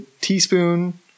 teaspoon